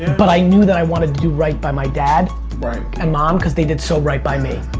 but i knew that i wanted to right by my dad and mom cause they did so right by me.